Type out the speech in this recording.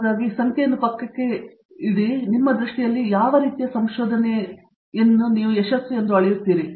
ಆದರೆ ಸಂಖ್ಯೆಗಳನ್ನು ಪಕ್ಕಕ್ಕೆ ಹಾಕುವಿಕೆಯನ್ನು ಮರೆತುಬಿಡುವುದು ನಿಮ್ಮ ದೃಷ್ಟಿಯಲ್ಲಿ ಯಾವ ರೀತಿ ಸಂಶೋಧನೆಯಲ್ಲಿ ನೀವು ಯಶಸ್ಸನ್ನು ಅಳೆಯುತ್ತೀರಿ